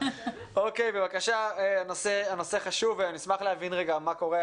הנושא חשוב ונשמח להבין מה קורה.